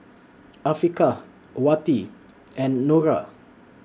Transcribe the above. Afiqah Wati and Nura